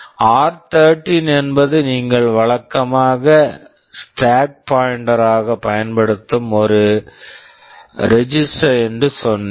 ஆர்13 r13 என்பது நீங்கள் வழக்கமாக ஸ்டேக் பாயிண்டெர் stack pointer ஆக பயன்படுத்தும் ஒரு ரெஜிஸ்டர் register என்று சொன்னேன்